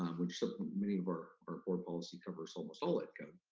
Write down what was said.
um which so many of our our board policy covers almost all ed code.